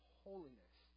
holiness